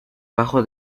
bajo